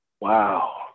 Wow